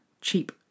Cheap